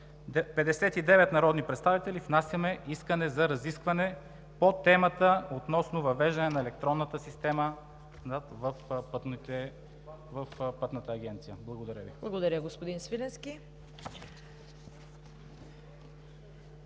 59 народни представители внасяме искане за разискване по темата – относно въвеждане на електронната система в Пътната агенция. Благодаря Ви. (Народният представител